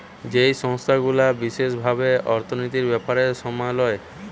যেই সংস্থা গুলা বিশেষ ভাবে অর্থনীতির ব্যাপার সামলায়